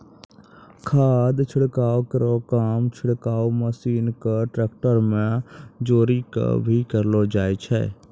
खाद छिड़काव केरो काम छिड़काव मसीन क ट्रेक्टर में जोरी कॅ भी करलो जाय छै